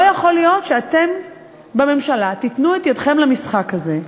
לא יכול להיות שאתם בממשלה תיתנו את ידכם למשחק הזה,